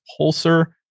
Pulsar